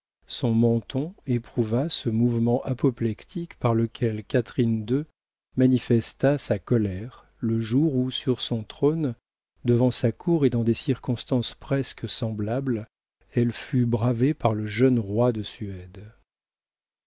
son menton éprouva ce mouvement apoplectique par lequel catherine ii manifesta sa colère le jour où sur son trône devant sa cour et dans des circonstances presque semblables elle fut bravée par le jeune roi de suède